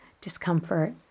discomfort